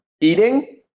eating